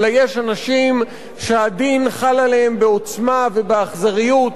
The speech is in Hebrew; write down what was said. אלא יש אנשים שהדין חל עליהם בעוצמה ובאכזריות,